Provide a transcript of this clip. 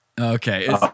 okay